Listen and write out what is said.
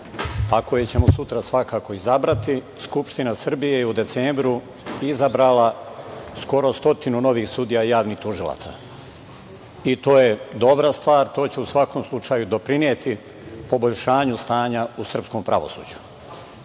koje ćemo sutra svakako izabrati, Skupština Srbije je u decembru izabrala skoro stotinu novih sudija i javnih tužilaca i to je dobra stvar. To će u svakom slučaju doprineti poboljšanju stanja u srpskom pravosuđu. Meni